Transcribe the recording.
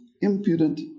impudent